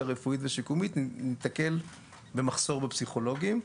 הרפואית והשיקומית ניתקל במחסור בפסיכולוגים.